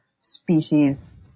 species